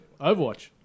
Overwatch